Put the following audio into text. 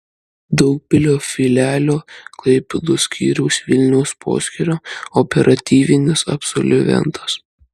daugpilio filialo klaipėdos skyriaus vilniaus poskyrio operatyvinis absolventas